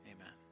amen